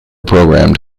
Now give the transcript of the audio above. programmed